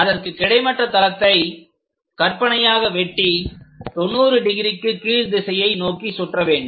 அதற்கு கிடைமட்ட தளத்தை கற்பனையாக வெட்டி 90 டிகிரிக்கு கீழ்திசையை நோக்கி சுற்றவேண்டும்